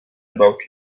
about